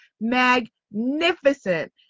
magnificent